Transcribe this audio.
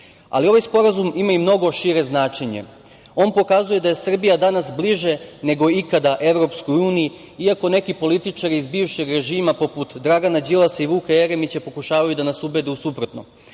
ovaj Sporazum ima i mnogo šire značenje. On pokazuje da je Srbija danas bliže nego ikada EU, iako neki političari iz bivšeg režima poput Dragana Đilasa i Vuka Jeremića pokušavaju da nas ubede u suprotno.